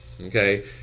okay